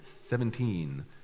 seventeen